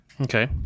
Okay